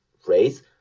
phrase